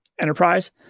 Enterprise